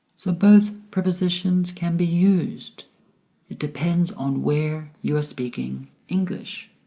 so both prepositions can be used it depends on where you are speaking english